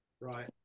right